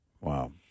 Wow